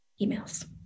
Emails